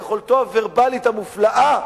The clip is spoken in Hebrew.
ביכולתו הוורבלית המופלאה,